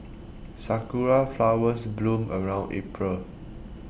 sakura flowers bloom around April